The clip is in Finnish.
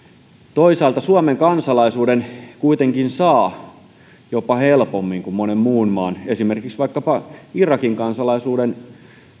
toisaalta suomen kansalaisuuden kuitenkin saa jopa helpommin kuin monen muun maan esimerkiksi vaikkapa irakin kansalaisuuden